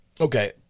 Okay